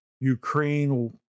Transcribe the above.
Ukraine